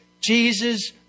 Jesus